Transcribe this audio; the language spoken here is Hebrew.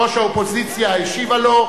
ראש האופוזיציה השיבה לו,